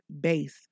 base